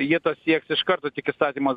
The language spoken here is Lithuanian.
jie to sieks iš karto tik įstatymas